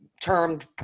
termed